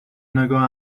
نگاه